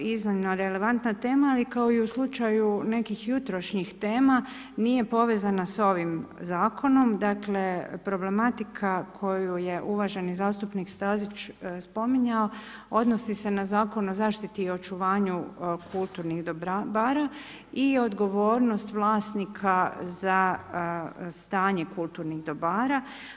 Iznimno relevantna tema, ali kao i u slučaju nekih jutrošnjih tema, nije povezana s ovim Zakonom, dakle problematika koju je uvaženi zastupnik Stazić spominjao odnosi se na Zakon o zaštiti i očuvanju kulturnih dobara i odgovornost vlasnika za stanje kulturnih dobara.